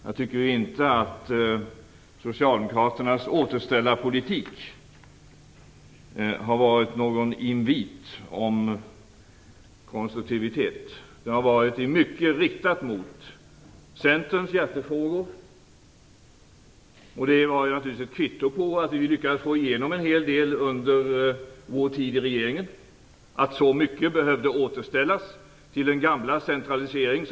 Jag tycker dock inte att socialdemokraternas återställarpolitik har inneburit någon invit till konstruktivitet. Den har i mycket varit riktad mot Centerns hjärtefrågor. Att så mycket behövde återställas till den gamla centraliserings och koncentrationspolitiken är naturligtvis ett kvitto på att vi lyckades få igenom en hel del under vår tid i regeringen.